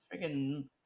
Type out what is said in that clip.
Freaking